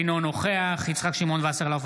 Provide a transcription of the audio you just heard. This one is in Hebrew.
אינו נוכח יצחק שמעון וסרלאוף,